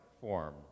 form